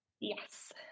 Yes